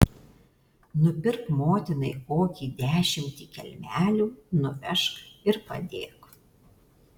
nupirk motinai kokį dešimtį kelmelių nuvežk ir padėk